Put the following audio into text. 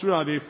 tror jeg vi